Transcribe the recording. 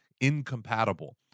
incompatible